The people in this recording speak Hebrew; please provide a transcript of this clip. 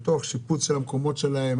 שיפוץ של המקומות שלהם?